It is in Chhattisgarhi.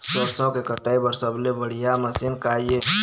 सरसों के कटाई बर सबले बढ़िया मशीन का ये?